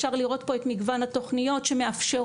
אפשר לראות פה את מגוון התוכניות שמאפשרות